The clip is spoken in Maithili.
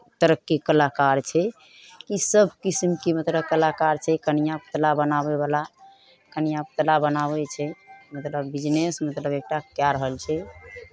तरक्की कलाकार छै ई सभ किसिमके मतलब कलाकार छै कनिआँ पुतला बनाबयवला कनिआँ पुतला बनाबै छै मतलब बिजनेस मतलब एक टा कए रहल छै